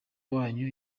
wanyu